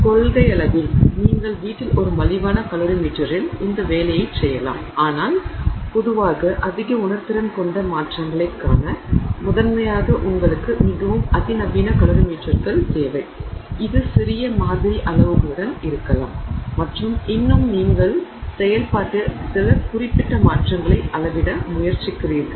எனவே கொள்கையளவில் நீங்கள் வீட்டில் ஒரு மலிவான கலோரிமீட்டரில் இந்த வேலையைச் செய்யலாம் ஆனால் பொதுவாக அதிக உணர்திறன் கொண்ட மாற்றங்களைக் காண முதன்மையாக உங்களுக்கு மிகவும் அதிநவீன கலோரிமீட்டர்கள் தேவை இது சிறிய மாதிரி அளவுகளுடன் இருக்கலாம் மற்றும் இன்னும் நீங்கள் செயல்பாட்டில் சில குறிப்பிட்ட மாற்றங்களை அளவிட முயற்சிக்கிறீர்கள்